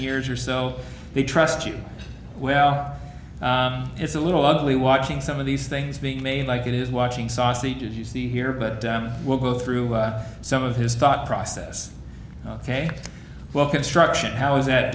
years or so they trust you well it's a little ugly watching some of these things being made like it is watching sausages you see here but we'll go through some of his thought process ok well construction how is that